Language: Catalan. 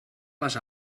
les